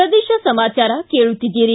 ಪ್ರದೇಶ ಸಮಾಚಾರ ಕೇಳುತ್ತಿದ್ದೀರಿ